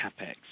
CapEx